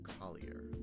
Collier